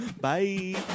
Bye